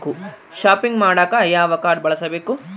Shopping ಮಾಡಾಕ ಯಾವ card ಬಳಸಬೇಕು?